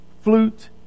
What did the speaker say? flute